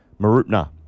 Marupna